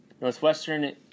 Northwestern